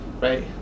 right